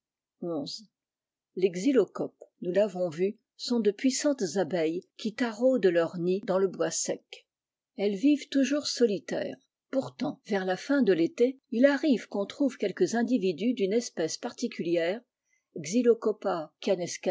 les xylocopesi nous l'avons vu sont de pu santés abeilles qui taraudent leur nid dans bois sec elles vivent toujours solitaires et pourtant vers la fin de télé il arrive qu'on trouve quelques individus d'une espèce particulière